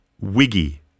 Wiggy